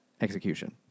execution